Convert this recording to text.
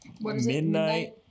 midnight